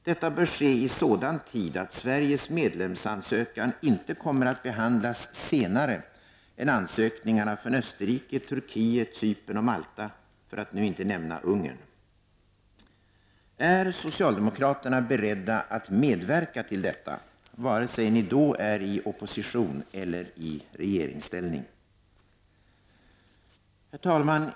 Detta bör ske i så god tid att Sveriges medlemsansökan inte kommer att behandlas senare än ansökningarna från Österrike, Turkiet, Cypern och Malta för att nu inte nämna Ungern. Är socialdemokraterna beredda att medverka till detta, vare sig ni då är i opposition eller i regeringsställning? Herr talman!